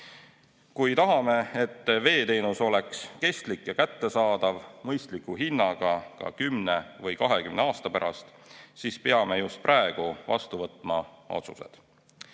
Kui tahame, et veeteenus oleks kestlik ja kättesaadav mõistliku hinnaga ka 10 või 20 aasta pärast, siis peame just praegu otsused